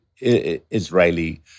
Israeli